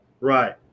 Right